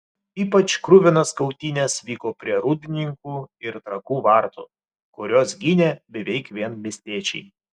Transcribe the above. ypač kruvinos kautynės vyko prie rūdninkų ir trakų vartų kuriuos gynė beveik vien miestiečiai